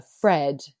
Fred